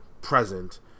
present